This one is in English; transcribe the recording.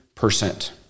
percent